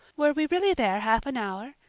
were we really there half an hour?